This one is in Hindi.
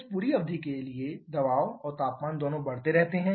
इस पूरी अवधि के लिए दबाव और तापमान दोनों बढ़ते रहते हैं